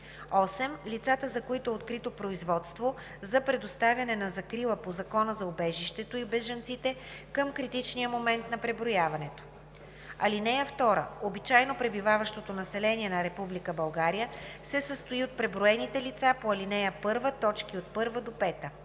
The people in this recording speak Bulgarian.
8. лицата, за които е открито производство за предоставяне на закрила по Закона за убежището и бежанците към критичния момент на преброяването. (2) Обичайно пребиваващото население на Република България се състои от преброените лица по ал. 1, т.